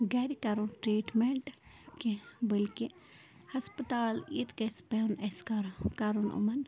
گَرِ کَرُن ٹریٖٹمٮ۪نٛٹ کیٚنہہ بلکہِ ہَسپَتال ییٚتہِ گژھِ پٮ۪ن اسہِ کَرُن یِمَن